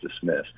dismissed